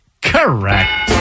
Correct